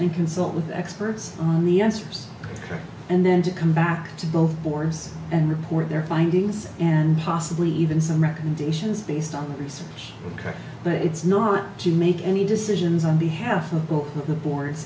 and consult with experts on the answers and then to come back to both boards and report their findings and possibly even some recommendations based on research but it's not to make any decisions on behalf of the boards